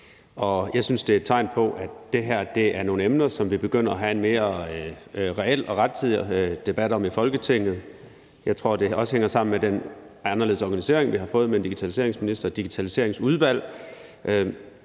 jeg synes, det er et tegn på, at det her er nogle emner, som vi begynder at have en mere reel og rettidig debat om i Folketinget. Jeg tror også, at det hænger sammen med den anderledes organisering med en digitaliseringsminister og et Digitaliseringsudvalg.